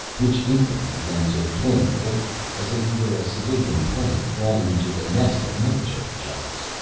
which instantly began to blink whitely, as if he were a civilian plane flying into a nest of military jobs.